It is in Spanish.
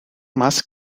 más